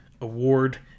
award